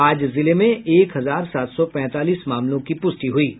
आज जिले में एक हजार सात सौ पैंतालीस मामलों की पुष्टि हुई है